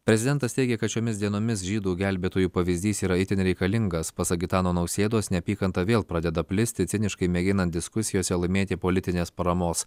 prezidentas teigė kad šiomis dienomis žydų gelbėtojų pavyzdys yra itin reikalingas pasak gitano nausėdos neapykanta vėl pradeda plisti ciniškai mėginant diskusijose laimėti politinės paramos